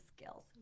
skills